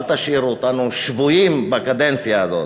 אל תשאירו אותנו שבויים בקדנציה הזאת.